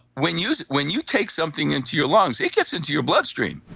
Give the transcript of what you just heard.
when you when you take something into your lungs, it gets into your bloodstream.